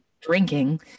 drinking